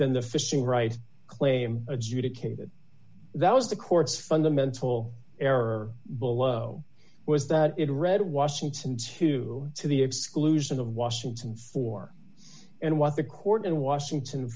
than the fishing rights claim adjudicated that was the court's fundamental error below was that it read washington to the exclusion of washington for and what the court in washington